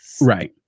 Right